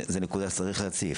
זה נקודה שצריך להציף.